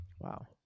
Wow